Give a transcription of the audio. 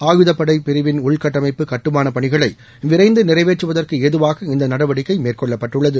ஆயுதப் படை பிரிவின் உள்கட்டமைப்பு கட்டுமான பணிகளை விரைந்து நிறைவேற்றவதற்கு ஏதுவாக இந்த நடவடிக்கை மேற்கொள்ளப்பட்டுள்ளது